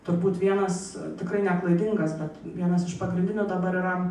turbūt vienas tikrai neklaidingas bet vienas iš pagrindinių dabar yra